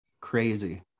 crazy